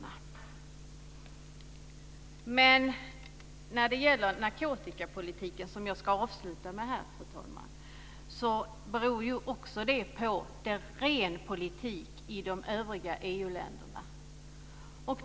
Jag vill avsluta med några ord om narkotikapolitiken. Den beror på politiken i de övriga EU-länderna.